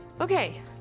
Okay